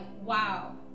wow